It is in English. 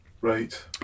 Right